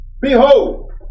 Behold